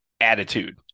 attitude